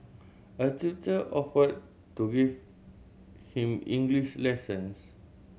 a tutor offered to give him English lessons